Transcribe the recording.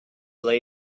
lay